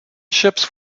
ships